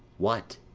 what?